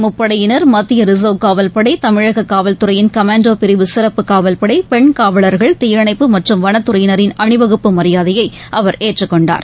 முப்படையினர் மத்தியரிசர்வ் காவல்படை தமிழககாவல்துறையின் கமாண்டோபிரிவு சிறப்பு காவல்படை பெண் காவலர்கள் தீயணைப்பு மற்றும் வனத்துறையினரின் அணிவகுப்பு மரியாதையைஅவர் ஏற்றுக்கொண்டார்